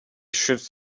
should